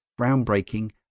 Groundbreaking